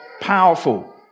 powerful